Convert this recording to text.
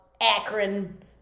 Akron